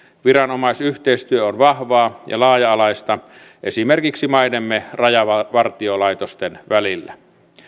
viranomaisyhteistyö on vahvaa ja laaja alaista esimerkiksi maidemme rajavartiolaitosten välillä